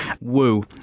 Woo